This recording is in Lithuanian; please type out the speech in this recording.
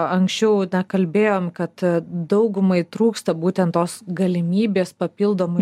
anksčiau na kalbėjom kad daugumai trūksta būtent tos galimybės papildomai